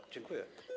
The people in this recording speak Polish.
Dziękuję.